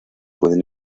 pueden